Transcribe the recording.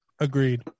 Agreed